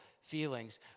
feelings